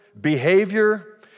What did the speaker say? behavior